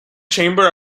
chamber